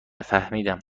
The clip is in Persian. فهمیدم